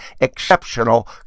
Exceptional